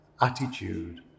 attitude